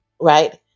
right